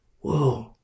whoa